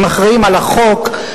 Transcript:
הם אחראים לחוק,